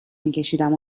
میکشیدم